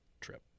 trip